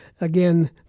again